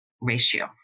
ratio